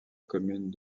commune